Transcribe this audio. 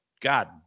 god